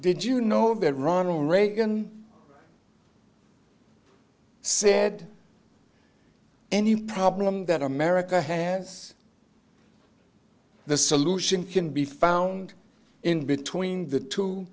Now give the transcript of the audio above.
did you know that ronald reagan said any problem that america has the solution can be found in between the two